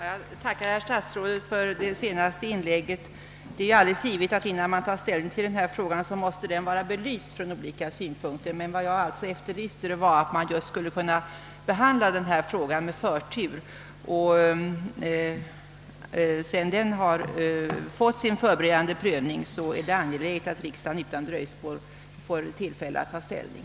Herr talman! Jag tackar statsrådet för det senaste inlägget. Det är alldeles givet att denna fråga måste vara belyst från olika synpunkter innan man tar ställning till den. Vad jag efterlyste var att man skulle kunna behandla denna fråga med förtur, och sedan den fått sin förberedande prövning är det angeläget att riksdagen utan dröjsmål får tillfälle att ta ställning.